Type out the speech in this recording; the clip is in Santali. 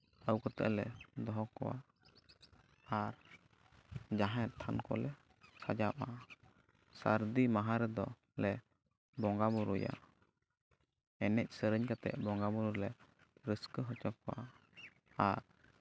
ᱟᱹᱜᱩ ᱠᱟᱛᱮᱫ ᱞᱮ ᱫᱚᱦᱚ ᱠᱚᱣᱟ ᱟᱨ ᱡᱟᱦᱮᱨ ᱛᱷᱟᱱ ᱠᱚᱞᱮ ᱥᱟᱡᱟᱣᱟ ᱥᱟᱹᱨᱫᱤ ᱢᱟᱦᱟ ᱨᱮᱫᱚᱞᱮ ᱵᱚᱸᱜᱟᱼᱵᱩᱨᱩᱭᱟ ᱮᱱᱮᱡ ᱥᱮᱨᱮᱧ ᱠᱟᱛᱮᱫ ᱵᱚᱸᱜᱟᱼᱵᱩᱨᱩᱞᱮ ᱨᱟᱹᱥᱠᱟᱹ ᱦᱚᱪᱚ ᱠᱚᱣᱟ ᱟᱨ